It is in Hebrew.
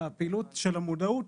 הפעילות של המודעות